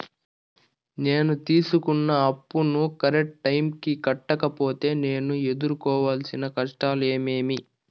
నేను తీసుకున్న అప్పును కరెక్టు టైముకి కట్టకపోతే నేను ఎదురుకోవాల్సిన కష్టాలు ఏమీమి?